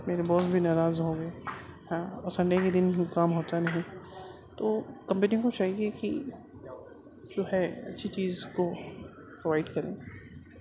میرے باس بھی ناراض ہو گئے ہاں اور سنڈے کے دن کام ہوتا نہیں تو کمپنی کو چاہیے کہ جو ہے اچھی چیز کو پرووائڈ کریں